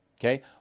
Okay